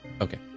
Okay